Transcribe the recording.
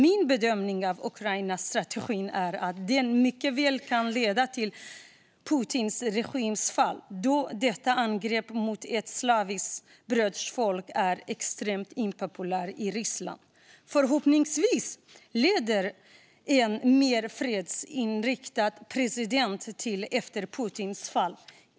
Min bedömning av Ukrainatragedin är att den mycket väl kan leda till Putinregimens fall eftersom detta angrepp på ett slaviskt broderfolk är extremt impopulärt i Ryssland. Förhoppningsvis träder en mer fredsinriktad president till efter Putins fall.